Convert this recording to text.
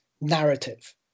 narrative